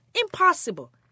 Impossible